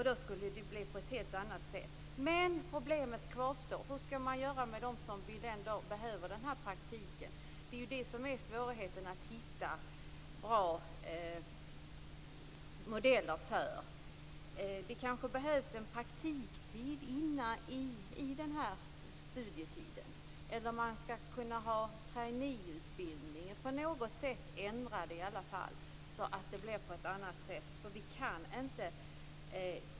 Då skulle det bli på ett helt annat sätt. Men problemet kvarstår: Hur skall man göra med dem som ändå behöver den här praktiken? Det är detta som det är svårt att hitta en bra modell för. Det kanske behövs en praktiktid under studietiden, en trainee-utbildning eller att man kanske på något sätt ändrar det hela så att det blir annorlunda.